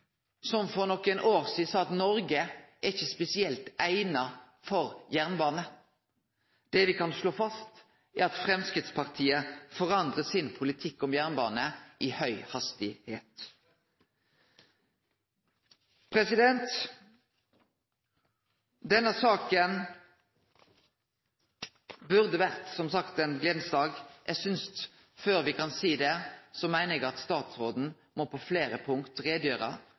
som for nokre år sidan sa at Noreg ikkje er spesielt eigna for jernbane. Det me kan slå fast, er at Framstegspartiet forandrar sin jernbanepolitikk i høg hastigheit! Dette burde som sagt vore ein gledeleg dag. Men før me kan seie det, meiner eg at statsråden på fleire punkt